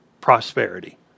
prosperity